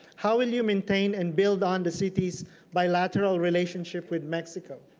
how will you maintain and build on the city's bilateral relationship with mexico?